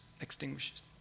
extinguishes